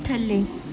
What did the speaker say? ਥੱਲੇ